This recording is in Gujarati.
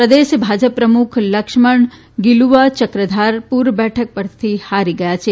પ્રદેશ ભા પ પ્રમુખ લક્ષ્મણ ગીલુવા ચક્રધારપુર બેઠક પરથી હારી ગયા છે